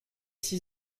six